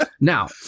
Now